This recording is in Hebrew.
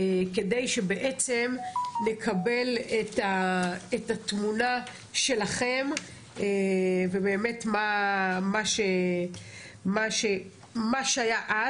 כדי שבעצם נקבל את התמונה שלכם ובאמת מה שהיה אז,